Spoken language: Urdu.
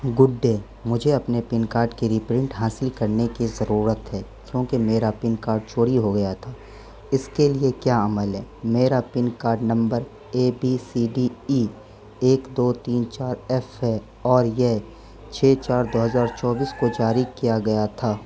گڈ ڈے مجھے اپنے پین کارڈ کی ریپرنٹ حاصل کرنے کی ضرورت ہے کیونکہ میرا پین کارٹ چوری ہو گیا تھا اس کے لیے کیا عمل ہے میرا PAN card number A P C D E ایک دو تین چار ایف ہے اور یہ چھ چار دو ہزار چوبیس کو جاری کیا گیا تھا